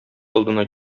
алдына